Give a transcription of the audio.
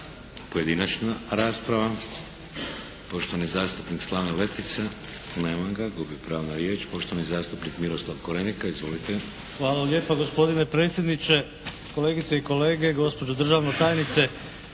Pojedinačna rasprava. Poštovani zastupnik Slaven Letica. Nema ga. Gubi pravo na riječ. Poštovani zastupnik Miroslav Korenika. Izvolite! **Korenika, Miroslav (SDP)** Hvala vam lijepa gospodine predsjedniče, kolegice i kolege, gospođo državna tajnice.